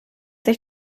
sich